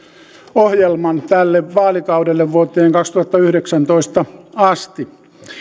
ohjelman tälle vaalikaudelle vuoteen kaksituhattayhdeksäntoista asti